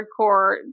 hardcore